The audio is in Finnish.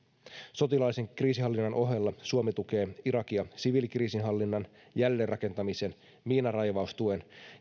sotilaallisen kriisinhallinnan ohella suomi tukee irakia siviilikriisinhallinnan jälleenrakentamisen miinanraivaustuen